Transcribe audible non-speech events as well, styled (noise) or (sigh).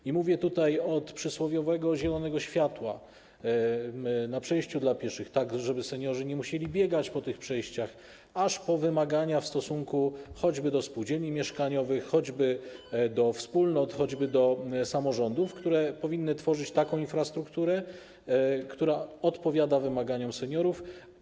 I mówię tutaj w kontekście od przysłowiowego zielonego światła na przejściu dla pieszych, tak żeby seniorzy nie musieli biegać po tych przejściach, aż po wymagania w stosunku choćby do spółdzielni mieszkaniowych, (noise) choćby do wspólnot, choćby do samorządów, które powinny tworzyć taką infrastrukturę, która odpowiada wymaganiom seniorów.